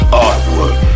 artwork